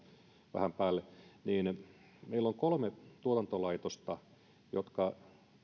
vähän päälle niin meillä on kolme tuotantolaitosta jotka